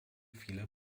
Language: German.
vieler